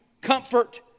comfort